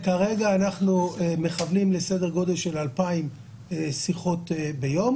כרגע אנחנו מכוונים לסדר גודל של 2,000 שיחות ביום.